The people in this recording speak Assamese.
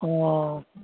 অঁ